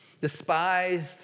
despised